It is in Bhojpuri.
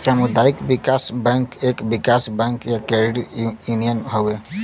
सामुदायिक विकास बैंक एक विकास बैंक या क्रेडिट यूनियन हौ